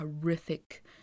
horrific